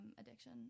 addiction